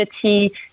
community